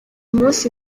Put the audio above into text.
munsi